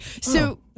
So-